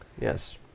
Yes